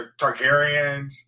targaryens